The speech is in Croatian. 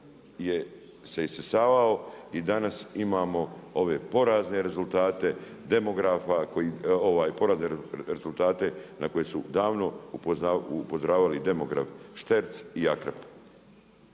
se isisavao i danas imamo ove porazne rezultate demografe, na koje su davno upozoravali demograf Šterc i Akrap.